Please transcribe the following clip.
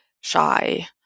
shy